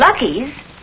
Lucky's